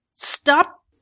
Stop